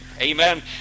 Amen